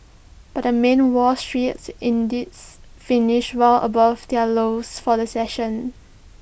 but the main wall street indices finished well above their lows for the session